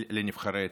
לנבחרי הציבור.